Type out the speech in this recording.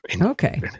Okay